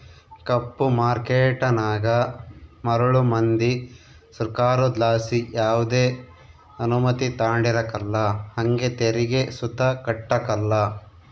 ಕಪ್ಪು ಮಾರ್ಕೇಟನಾಗ ಮರುಳು ಮಂದಿ ಸೃಕಾರುದ್ಲಾಸಿ ಯಾವ್ದೆ ಅನುಮತಿ ತಾಂಡಿರಕಲ್ಲ ಹಂಗೆ ತೆರಿಗೆ ಸುತ ಕಟ್ಟಕಲ್ಲ